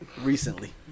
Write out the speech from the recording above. Recently